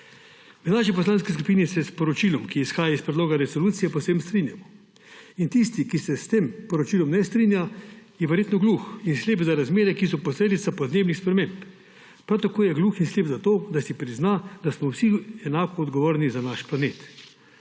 V naši poslanski skupini se s sporočilom, ki izhaja iz predloga resolucije, povsem strinjamo. In tisti, ki se s tem poročilom ne strinja, je verjetno gluh in slep za razmere, ki so posledica podnebnih sprememb. Prav tako je gluh in slep za to, da si prizna, da smo vsi enako odgovorni za naš planet.